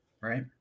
right